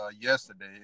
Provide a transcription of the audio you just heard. yesterday